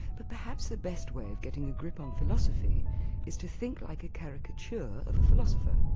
but perhaps the best way of getting a grip on philosophy is to think like a caricature of a philosopher.